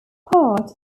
part